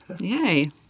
Yay